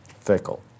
fickle